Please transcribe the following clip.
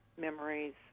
memories